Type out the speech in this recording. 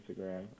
Instagram